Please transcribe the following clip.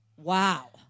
Wow